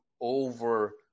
over